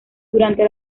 durante